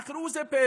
אך ראו זה פלא,